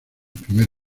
primer